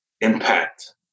impact